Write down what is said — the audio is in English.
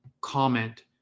comment